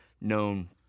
known